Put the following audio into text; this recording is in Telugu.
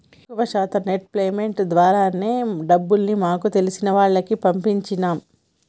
ఎక్కువ శాతం నెఫ్ట్ పేమెంట్స్ ద్వారానే డబ్బుల్ని మాకు తెలిసిన వాళ్లకి పంపించినం